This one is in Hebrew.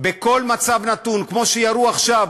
שבכל מצב נתון, כמו שירו עכשיו,